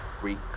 Greek